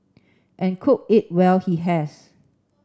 and cook it well he has